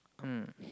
mm